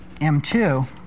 M2